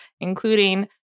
including